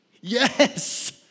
Yes